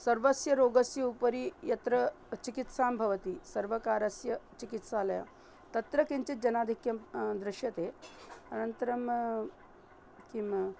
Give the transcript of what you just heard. सर्वस्य रोगस्य उपरि यत्र चिकित्सां भवति सर्वकारस्य चिकित्सालयः तत्र किञ्चित् जनाधिक्यं दृश्यते अनन्तरं किम्